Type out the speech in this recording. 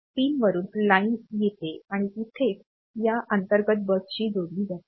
pin वरून line येते आणि ती थेट या अंतर्गत बसशी जोडली जाते